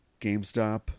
GameStop